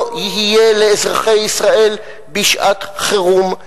לא יהיה לאזרחי ישראל מיגון בשעת חירום.